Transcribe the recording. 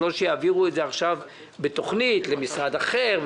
לא שיעבירו את זה עכשיו בתוכנית למשרד אחר,